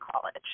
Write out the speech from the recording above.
college